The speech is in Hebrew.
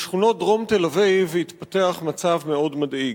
בשכונות דרום תל-אביב התפתח מצב מאוד מדאיג.